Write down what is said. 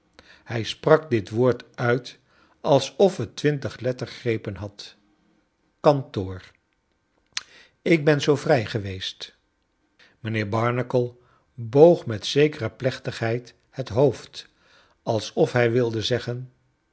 hij sprak dit woord uit alsof het twintig lettergrepen had kantoor ik ben zoo vrij geweest mijnheer barnacle boog met zekere plechtigheid het hoofd alsof hij wilde zeggen